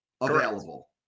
available